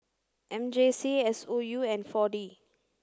M J C S O U and four D